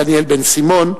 דניאל בן-סימון,